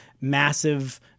massive